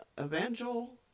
Evangel